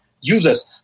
users